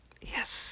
Yes